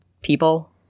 people